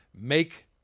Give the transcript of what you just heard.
Make